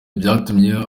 byatumye